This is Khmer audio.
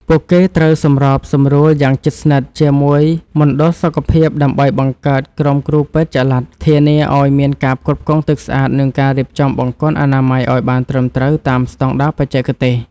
ពួកគេត្រូវសម្របសម្រួលយ៉ាងជិតស្និទ្ធជាមួយមណ្ឌលសុខភាពដើម្បីបង្កើតក្រុមគ្រូពេទ្យចល័ត ធានាឱ្យមានការផ្គត់ផ្គង់ទឹកស្អាត និងការរៀបចំបង្គន់អនាម័យឱ្យបានត្រឹមត្រូវតាមស្តង់ដារបច្ចេកទេស។